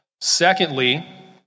Secondly